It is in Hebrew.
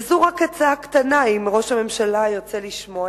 וזו רק עצה קטנה, אם ראש הממשלה ירצה לשמוע.